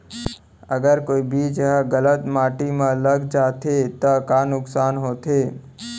अगर कोई बीज ह गलत माटी म लग जाथे त का नुकसान होथे?